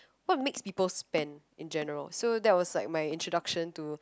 what makes people spend in general so that's was like my introduction to